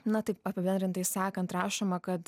na taip apibendrintai sakant rašoma kad